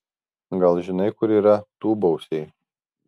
gal žinai kur yra tūbausiai